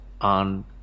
on